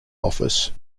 office